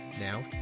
Now